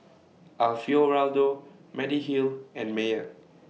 Alfio Raldo Mediheal and Mayer